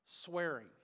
swearing